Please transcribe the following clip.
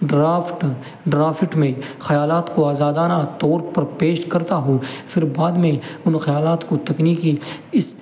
draft draft میں خیالات کو آزادانہ طور پر پیش کرتا ہوں پھر بعد میں ان خیالات کو تکنیکی اس